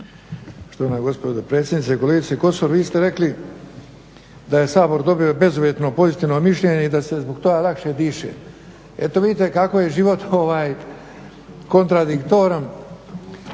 Štovana gospođo dopredsjednice. Vi ste rekli da je Sabor dobio bezuvjetno pozitivno mišljenje i da se zbog toga lakše diše. Eto vidite kako je život kontradiktoran.